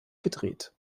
gedreht